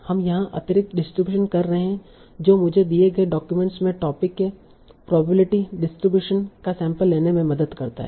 हम यहाँ अतिरिक्त डिस्ट्रीब्यूशन कर रहे हैं जो मुझे दिए गए डॉक्यूमेंट में टोपिक के प्रोबेबिलिटी डिस्ट्रीब्यूशन का सैंपल लेने में मदद करता है